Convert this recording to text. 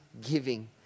giving